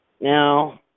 Now